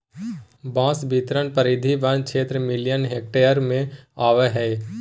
बांस बितरण परिधि वन क्षेत्र मिलियन हेक्टेयर में अबैय हइ